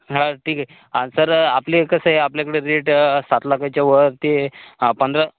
हा ठीक आहे सर आपले कसं आहे आपल्याकडे रेट सात लाखाच्यावर ते हां पंधरा